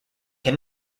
can